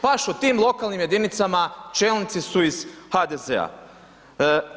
Baš u tim lokalnim jedinicama, čelnici su iz HDZ-a.